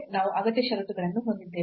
ನಾವು ಅಗತ್ಯ ಷರತ್ತುಗಳನ್ನು ಹೊಂದಿದ್ದೇವೆ